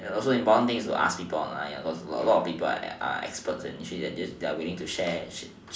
and also important thing is to ask people online because a lot of people are experts and they are willing to share